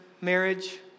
marriage